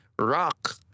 rock